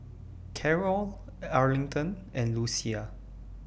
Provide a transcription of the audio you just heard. Carrol Arlington and Lucia